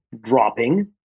dropping